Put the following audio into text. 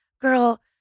girl